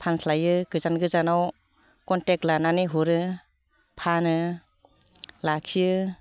फानख्लायो गोजान गोजानाव कनटेक्ट लानानै हरो फानो लाखियो